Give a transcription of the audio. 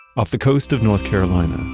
off the coast of north carolina,